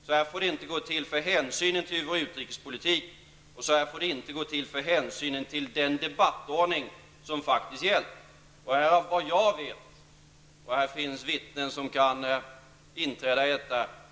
Så här får det inte gå till med hänsyn till vår utrikespolitik och den debattordning som faktiskt gällt. Samma debattordning har gällt i decennier, såvitt jag vet, och det finns vittnen som kan intyga detta.